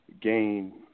gain